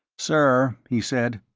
sir, he said,